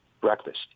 breakfast—